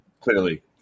clearly